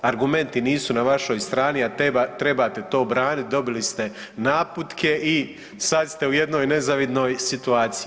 Argumenti nisu na vašoj strani, a trebate to braniti, dobili ste naputke i sad ste u jednoj nezavidnoj situaciji.